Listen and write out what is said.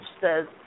says